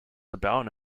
about